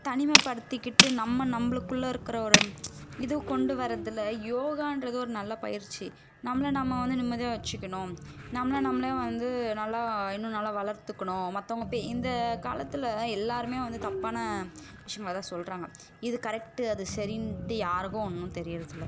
தனிமைப்படுத்துக்கிட்டு நம்ம நம்மளுக்குள்ள இருக்கிற ஒரு இது கொண்டு வர்றதில் யோகான்றது ஒரு நல்ல பயிற்சி நம்மளை நம்ம வந்து நிம்மதியாக வச்சுக்கணும் நம்மளை நம்மளே வந்து நல்லா இன்னும் நல்லா வளர்த்துக்கணும் மற்றவங்க போய் இந்த காலத்தில் எல்லாருமே வந்து தப்பான விஷயமா தான் சொல்கிறாங்க இது கரெக்ட்டு அது சரின்ட்டு யாருக்கும் ஒன்றும் தெரியிறது இல்லை